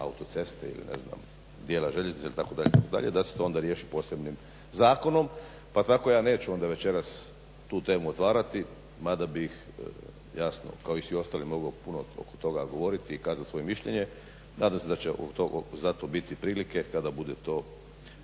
autoceste ne znam ili dijela željeznice itd. da se to onda riješi posebni zakonom. Pa tako ja onda neću večeras tu temu otvarati mada bih jasno kao i svi ostali mogao puno oko toga govoriti i kazati svoje mišljenje. Nadam se da će za to biti prilike kada bude to